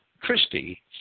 Christie